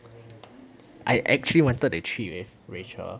I actually wanted to 去 with rachel